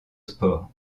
sport